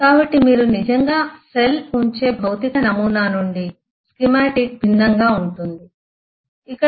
కాబట్టి మీరు నిజంగా సెల్ ఉంచే భౌతిక నమూనా నుండి స్కీమాటిక్ భిన్నంగా ఉంటుంది ఇక్కడ